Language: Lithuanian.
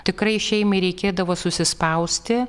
tikrai šeimai reikėdavo susispausti